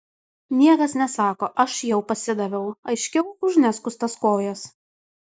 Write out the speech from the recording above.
niekas nesako aš jau pasidaviau aiškiau už neskustas kojas